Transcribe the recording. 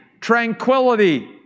tranquility